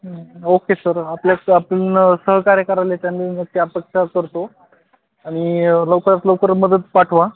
हं okay sir आपल्या आपण सहकार्य करालं याची आम्ही अपक्षा करतो आणि लवकरात लवकर मदत पाठवा